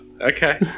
okay